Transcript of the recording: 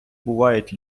бувають